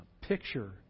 picture